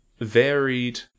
varied